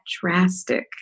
drastic